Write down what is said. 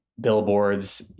billboards